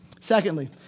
Secondly